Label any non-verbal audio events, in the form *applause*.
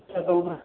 *unintelligible*